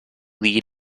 lead